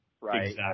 right